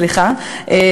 סליחה,